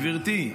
גברתי,